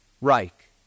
Reich